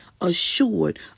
assured